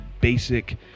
basic